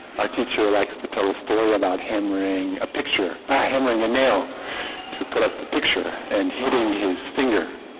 our teacher likes to tell a story about hammering a picture by hammering a nail to put up the picture and hitting his finger